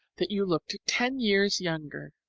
that you looked ten years younger.